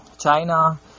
China